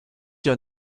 your